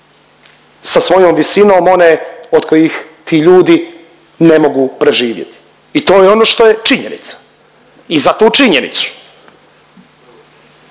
sa svojom visinom one od kojih ti ljudi ne mogu preživjeti. I to je ono što je činjenica i za tu činjenicu